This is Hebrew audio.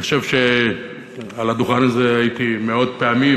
אני חושב שעל הדוכן הזה הייתי מאות פעמים,